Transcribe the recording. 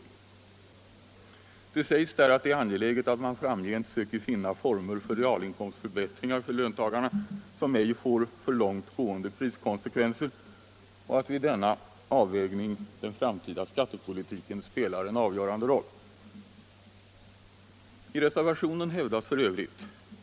Det sägs där att det är angeläget att man framgent söker finna former för realinkomstförbättringar för löntagarna som ej får för långtgående priskonsekvenser och att vid denna avvägning den framtida skattepolitiken spelar en avgörande roll. I reservationen hävdas f.ö.